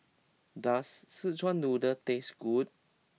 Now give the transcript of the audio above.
does Szechuan Noodle taste good